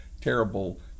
terrible